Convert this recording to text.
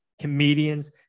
comedians